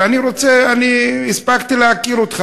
ואני הספקתי להכיר אותך.